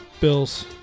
Bills